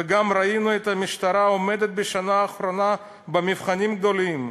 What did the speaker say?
וגם ראינו את המשטרה עומדת בשנה האחרונה במבחנים גדולים.